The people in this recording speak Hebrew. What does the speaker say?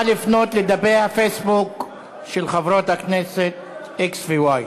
נא לפנות לדפי הפייסבוק של חברות הכנסת x ו-y.